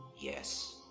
Yes